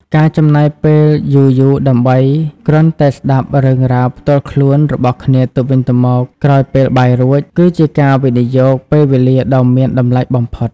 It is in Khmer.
ការចំណាយពេលយូរៗដើម្បីគ្រាន់តែស្ដាប់រឿងរ៉ាវផ្ទាល់ខ្លួនរបស់គ្នាទៅវិញទៅមកក្រោយពេលបាយរួច គឺជាការវិនិយោគពេលវេលាដ៏មានតម្លៃបំផុត។